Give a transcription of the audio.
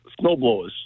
snowblowers